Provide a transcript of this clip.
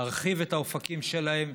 להרחיב את האופקים שלהם,